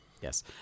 Yes